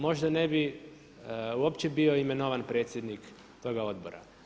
Možda ne bi uopće bio imenovan predsjednik toga odbora.